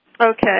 Okay